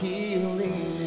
Healing